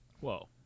Whoa